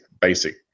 basic